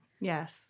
yes